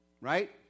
Right